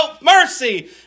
mercy